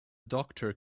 doctor